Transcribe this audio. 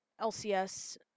LCS